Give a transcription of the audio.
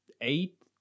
eight